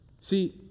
See